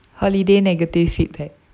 holiday negative feedback